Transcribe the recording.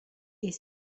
est